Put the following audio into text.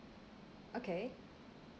okay